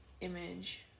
image